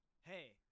hey